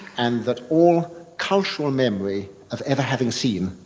and that all cultural memory of ever having seen,